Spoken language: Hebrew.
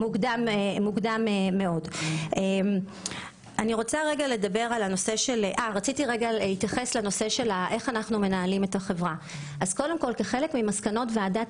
אני רוצה להתייחס לדרך ניהול החברה: כחלק ממסקנות ועדת